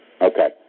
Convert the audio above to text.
Okay